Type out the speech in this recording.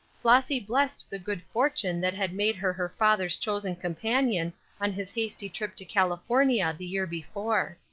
flossy blessed the good fortune that had made her her father's chosen companion on his hasty trip to california the year before.